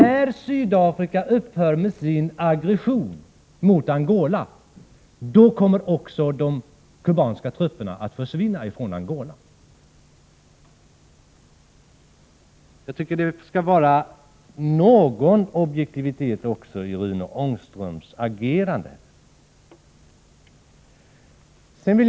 När Sydafrika upphör med sin aggression mot Angola, då kommer också de kubanska trupperna att försvinna från Angola. Jag tycker att det skall vara någon objektivitet också i Rune Ångströms agerande.